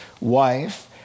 wife